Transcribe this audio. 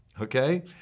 okay